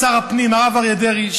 לשר הפנים הרב אריה דרעי,